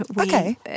Okay